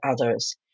others